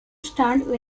stand